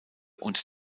und